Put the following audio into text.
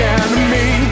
enemy